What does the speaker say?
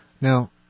Now